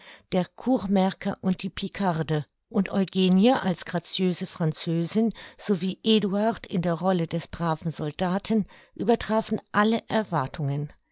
der kurmärker und die picarde und eugenie als graziöse französin sowie eduard in der rolle des braven soldaten übertrafen alle erwartungen